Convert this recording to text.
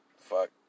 Fuck